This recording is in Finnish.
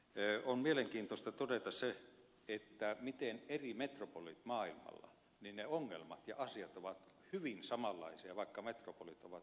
sitten on mielenkiintoista todeta se miten maailmalla eri metropolien ongelmat ja asiat ovat hyvin samanlaisia vaikka metropolit ovat erikokoisia